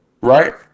right